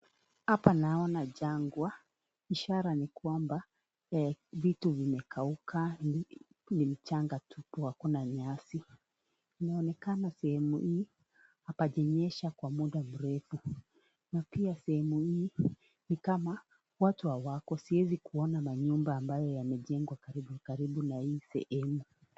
Hapa naona jangwa. Ishara ni kwamba vitu zimekauka ni mchanga tupu hakuna nyasi. Inaonekana sehemu hii hapajanyesha kwa muda mrefu, na pia sehemu hii ni kama watu hawako. Siwezi kuona manyumba ambao yamejengwa karibu karibu na hii sehemu.